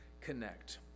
connect